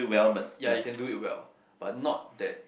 ya you can do it well but not that